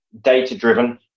data-driven